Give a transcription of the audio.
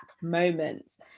moments